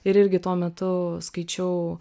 ir irgi tuo metu skaičiau